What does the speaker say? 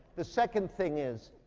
the second thing is,